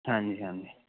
ਹਾਂਜੀ ਹਾਂਜੀ